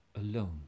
alone